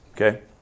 Okay